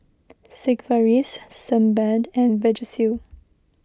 Sigvaris Sebamed and Vagisil